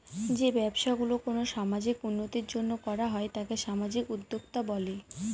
যে ব্যবসা গুলো কোনো সামাজিক উন্নতির জন্য করা হয় তাকে সামাজিক উদ্যক্তা বলে